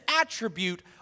attribute